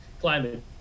climate